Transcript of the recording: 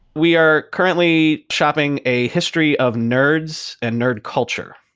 we are currently shopping a history of nerds and nerd culture.